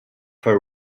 her